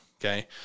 okay